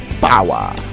power